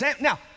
now